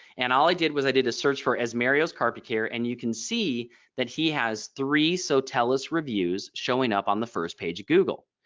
and all i did was i did a search for as mario's carpet care and you can see that he has three sotellus reviews showing up on the first page of google.